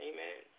Amen